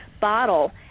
bottle